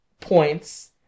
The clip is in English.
points